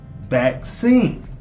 vaccine